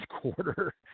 quarter